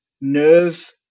nerve